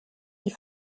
die